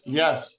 yes